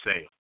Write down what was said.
say